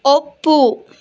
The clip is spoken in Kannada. ಒಪ್ಪು